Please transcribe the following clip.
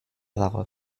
dago